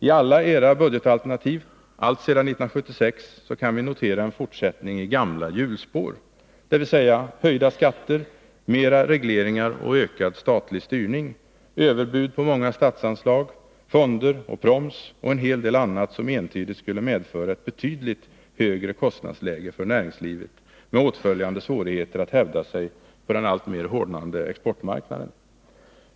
I alla era budgetalternativ alltsedan 1976 kan vi notera en fortsättning i gamla hjulspår, dvs. höjda skatter, mera regleringar och ökad statlig styrning, överbud på många statsanslag, fonder och proms och en hel del annat som entydigt skulle medföra ett betydligt högre kostnadsläge för näringslivet med åtföljande svårigheter att hävda sig på den alltmer hårdnande exportmarknaden.